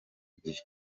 gihe